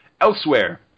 Elsewhere